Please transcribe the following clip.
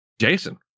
Jason